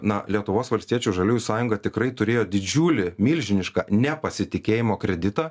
na lietuvos valstiečių žaliųjų sąjunga tikrai turėjo didžiulį milžinišką nepasitikėjimo kreditą